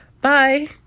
bye